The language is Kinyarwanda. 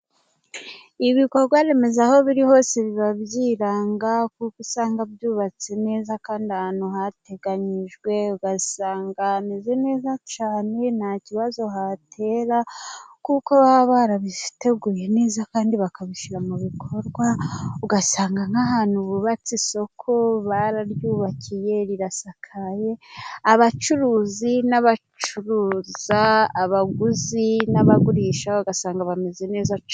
Ibikorwa remezo aho biri hose biba byiranga, kuko usanga byubatse neza kandi ahantu hateganyijwe. Ugasanga hameze neza cyane, nta kibazo hatera kuko baba barabiteguye neza kandi bakabishyira mu bikorwa, ugasanga nk'ahantu hubatse isoko bararyubakiye rirasakaye, abacuruzi n'abacuruza, abaguzi n'abagurisha ugasanga bameze neza cya...